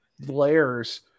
layers